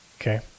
Okay